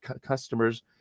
customers